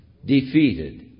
defeated